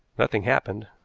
nothing happened.